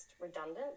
redundant